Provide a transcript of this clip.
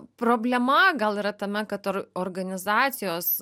problema gal yra tame kad or organizacijos